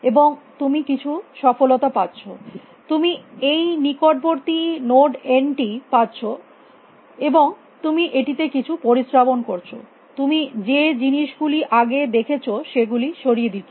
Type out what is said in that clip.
এবং তুমি কিছু সফলতা পাচ্ছ তুমি এই নিকটবর্তী নোড n টি পাচ্ছ এবং তুমি এটিতে কিছু পরিস্রাবন করছ তুমি যে জিনিস গুলি আগে দেখেছ সে গুলি সরিয়ে দিচ্ছ